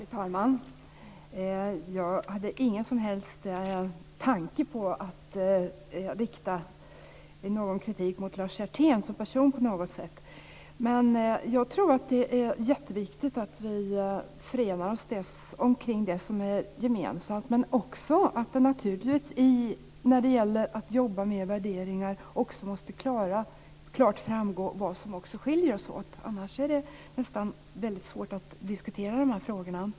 Fru talman! Jag hade ingen som helst tanke att rikta någon kritik mot Lars Hjertén som person. Jag tror att det är jätteviktigt att vi förenar oss om det som är gemensamt. Men när det gäller att jobba med värderingar måste det också klart framgå vad som skiljer oss åt - annars är det väldigt svårt att diskutera de här frågorna.